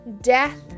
death